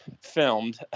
filmed